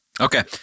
Okay